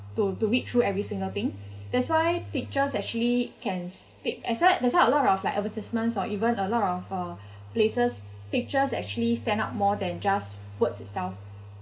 to to read through every single thing that's why pictures actually can speak that's why that's why a lot of like advertisements or even a lot of uh places pictures actually stand up more than just words itself